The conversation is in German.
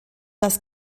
das